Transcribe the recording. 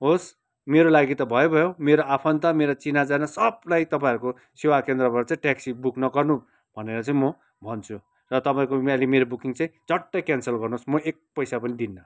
होस् मेरो लागि त भयोभयो मेरो आफन्त मेरो चिनाजाना सबलाई तपाईँहरूको सेवा केन्द्रबाट चाहिँ ट्याक्सी बुक नगर्नु भनेर चाहिँ म भन्छु र तपाईँहरूको मेरो बुकिङ चाहिँ झट्टै क्यानसल गर्नुहोस् म एक पैसा पनि दिन्न